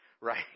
Right